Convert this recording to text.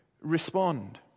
respond